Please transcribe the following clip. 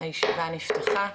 הישיבה נפתחה.